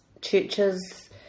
churches